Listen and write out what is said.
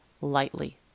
lightly